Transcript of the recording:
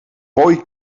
mooie